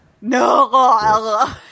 no